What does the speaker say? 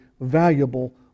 valuable